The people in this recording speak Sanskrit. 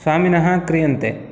स्वामिनः क्रियन्ते